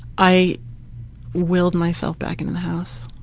i willed myself back in in the house.